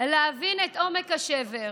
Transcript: להבין את עומק השבר,